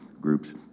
groups